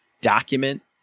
document